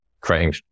creating